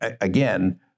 again